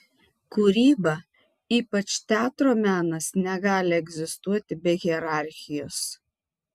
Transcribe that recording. kūryba ypač teatro menas negali egzistuoti be hierarchijos